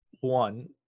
one